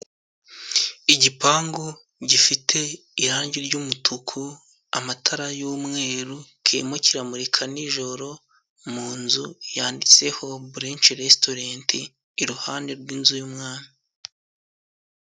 Igipangu gifite irangi ry'umutuku, amatara y'umweru kirimo kiramurika n'ijoro mu nzu yanditseho Burinki Resitorenti iruhande rw'inzu y'umwami.